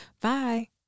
bye